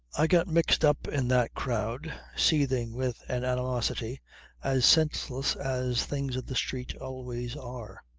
i got mixed up in that crowd seething with an animosity as senseless as things of the street always are,